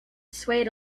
swayed